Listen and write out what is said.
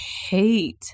hate